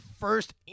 first